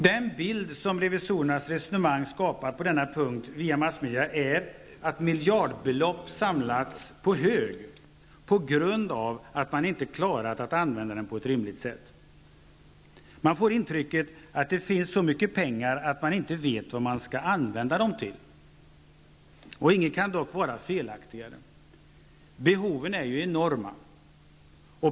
Den bild som revisorernas resonemang har skapat på denna punkt, via massmedia, är att miljardbelopp samlats på hög på grund av att man inte klarat att använda dem på ett rimligt sätt. Det har givits ett intryck av att det finns så mycket pengar att man inte vet vad man skall använda dem till. Inget kan dock vara felaktigare. Behoven är enorma.